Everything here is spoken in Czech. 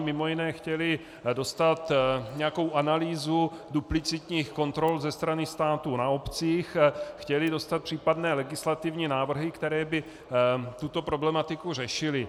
Mimo jiné chtěli dostat nějakou analýzu duplicitních kontrol ze strany státu na obcích, chtěli dostat případné legislativní návrhy, které by tuto problematiku řešily.